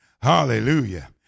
Hallelujah